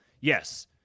yes